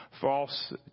false